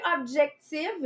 objectives